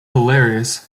hilarious